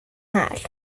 här